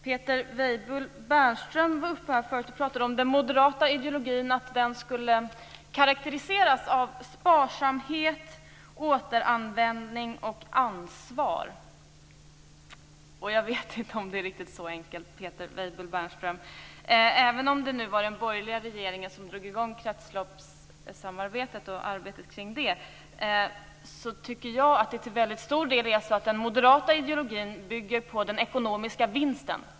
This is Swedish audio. Peter Weibull Bernström talade om att den moderata ideologin skulle karakteriseras av sparsamhet, återanvändning och ansvar. Jag vet inte om det är riktigt så enkelt, Peter Weibull Bernström. Även om det nu var den borgerliga regeringen som drog i gång kretsloppssamarbetet och arbetet kring det tycker jag att den moderata ideologin till stor del bygger på den ekonomiska vinsten.